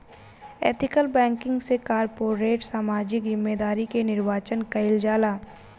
ethical banking से corporate सामाजिक जिम्मेदारी के निर्वाचन कईल जाला